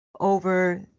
over